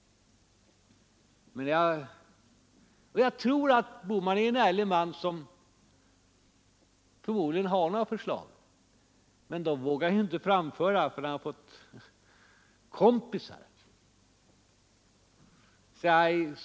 Och jag tror att herr Bohman är en ärlig man som förmodligen har några förslag, men dessa vågar han inte framföra därför att han har fått kompisar.